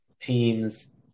teams